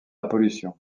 pollution